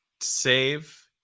save